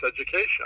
education